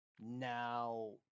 Now